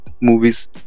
movies